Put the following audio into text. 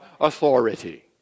authority